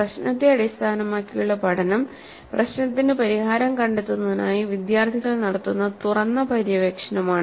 പ്രശ്നത്തെ അടിസ്ഥാനമാക്കിയുള്ള പഠനം പ്രശ്നത്തിന് പരിഹാരം കണ്ടെത്തുന്നതിനായി വിദ്യാർത്ഥികൾ നടത്തുന്ന തുറന്ന പര്യവേക്ഷണമാണ്